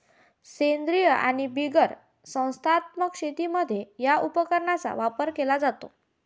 सेंद्रीय आणि बिगर संस्थात्मक शेतीमध्ये या उपकरणाचा वापर केला जातो